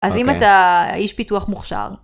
אז אם אתה איש פיתוח מוכשר.